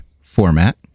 format